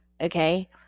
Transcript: Okay